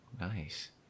nice